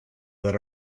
that